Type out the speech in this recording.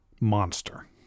monster